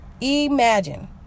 Imagine